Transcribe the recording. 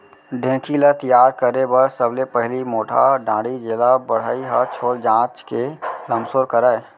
ढेंकी ल तियार करे बर सबले पहिली मोटहा डांड़ी जेला बढ़ई ह छोल चांच के लमसोर करय